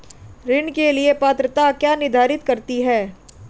ऋण के लिए पात्रता क्या निर्धारित करती है?